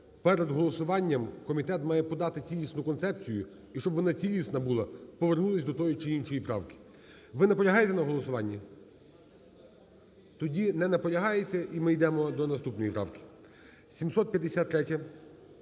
перед голосуванням комітет має подати цілісну концепцію. І щоб вона цілісна була, повернутись до тої чи іншої правки. Ви наполягаєте на голосуванні? Тоді, не наполягаєте, і ми йдемо до наступної правки.